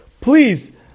please